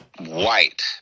white